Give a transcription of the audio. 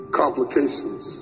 complications